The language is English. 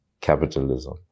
capitalism